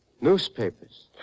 Newspapers